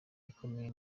ikomeye